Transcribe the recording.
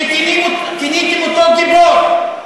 שכיניתם אותו "גיבור",